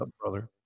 Brother